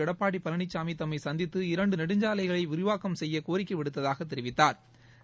எடப்பாடி பழனிசாமி தம்மை சந்தித்து இரண்டு நெடுஞ்சாலைகளை விரிவாக்கம் செய்ய கோரிக்கை விடுத்ததாக தெரிவித்தாா்